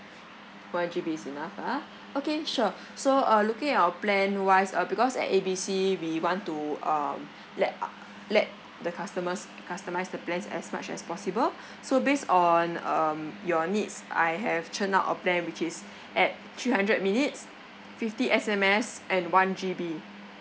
one G_B is enough ah okay sure so uh looking at our plan wise uh because at A B C we want to um let uh let the customers customise the plans as much as possible so based on um your needs I have churned out a plan which is at three hundred minutes fifty S_M_S and one G_B